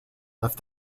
left